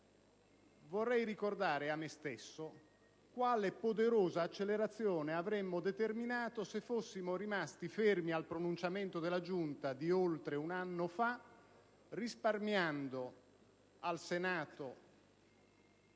Vorrei ricordare a me stesso quale poderosa accelerazione avremmo determinato se fossimo rimasti fermi al pronunciamento della Giunta di oltre un anno fa, risparmiando al Senato le